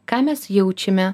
ką mes jaučiame